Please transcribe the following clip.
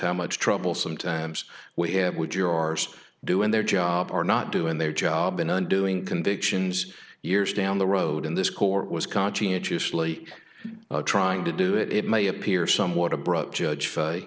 how much trouble sometimes we have would yours doing their job are not doing their job in undoing convictions years down the road in this court was conscientiously trying to do it it may appear somewhat abrupt judged